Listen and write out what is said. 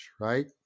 right